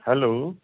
hello